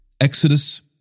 Exodus